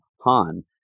Han